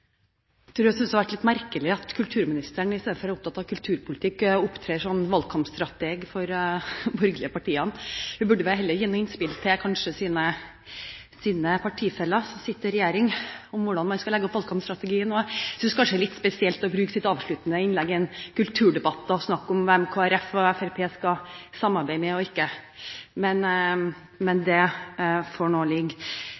tror jeg jeg ville synes det var litt merkelig at kulturministeren – istedenfor å være opptatt av kulturpolitikk – opptrer som valgkampstrateg for de borgerlige partiene. Hun burde vel heller komme med noen innspill til sine partifeller om hvordan man skal legge opp valgkampstrategien. Jeg synes det er litt spesielt å bruke det avsluttende innlegget i en kulturdebatt til å snakke om hvem Kristelig Folkeparti og Fremskrittspartiet skal samarbeide med – eller ikke samarbeide med – men